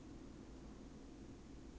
what's your grandmother doing now